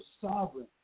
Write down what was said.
sovereign